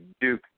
Duke